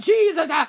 Jesus